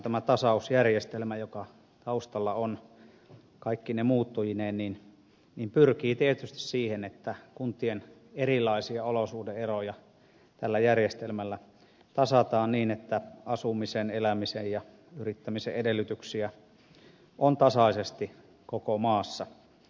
tämä tasausjärjestelmä joka taustalla on kaikkine muuttujineen pyrkii tietysti siihen että kuntien erilaisia olosuhteita tällä järjestelmällä tasataan niin että asumisen elämisen ja yrittämisen edellytyksiä on tasaisesti koko maassa